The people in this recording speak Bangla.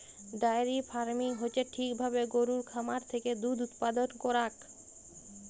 ডায়েরি ফার্মিং হচ্যে ঠিক ভাবে গরুর খামার থেক্যে দুধ উপাদান করাক